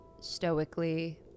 stoically